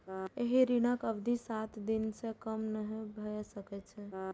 एहि ऋणक अवधि सात दिन सं कम नहि भए सकै छै